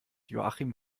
joachim